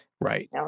Right